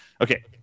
Okay